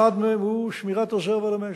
אחד מהם הוא שמירת רזרבה למשק.